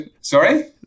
Sorry